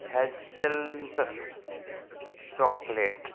hazelnuts chocolate